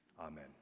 amen